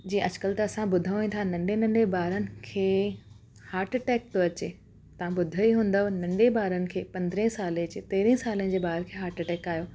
जीअं अॼुकल्ह त असां ॿुधूं ई था नंढे नंढे ॿारनि खे हार्टअटैक थो अचे तव्हां ॿुधो ई हूंदव नंढे ॿारनि खे पंद्रहें साले जे तेरहें सालनि जे ॿार खे हार्टअटैक आहियो